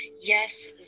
Yes